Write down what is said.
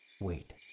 Wait